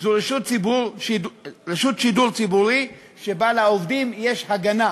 זו רשות שידור ציבורי שבה לעובדים יש הגנה